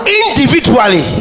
individually